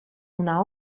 una